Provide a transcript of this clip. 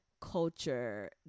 culture